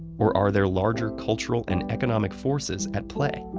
or are there larger cultural and economic forces at play?